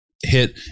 hit